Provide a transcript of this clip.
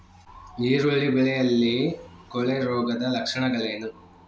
ಈರುಳ್ಳಿ ಬೆಳೆಯಲ್ಲಿ ಕೊಳೆರೋಗದ ಲಕ್ಷಣಗಳೇನು?